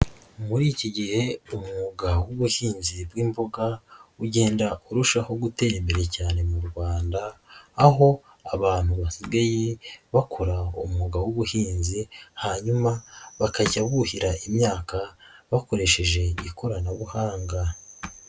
Muri iki gihe umwuga w'ubuhinzi bw'imboga ugenda urushaho gutera imbere cyane mu Rwanda, aho abantu basigaye bakora umwuga w'ubuhinzi hanyuma bakajya buhira imyaka bakoresheje ikoranabuhanga.